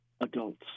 adults